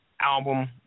album